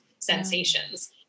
sensations